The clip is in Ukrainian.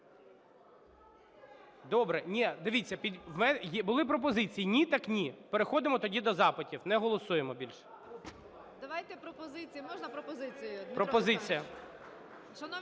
Добре. Дивіться, були пропозиції, ні так ні. Переходимо тоді до запитів, не голосуємо більше.